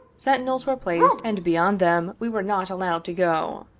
sentinels were placed, and beyond them we were not allowed to go.